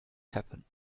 happen